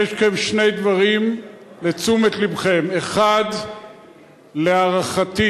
אני מבקש מכם שני דברים לתשומת לבכם: 1. להערכתי